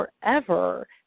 forever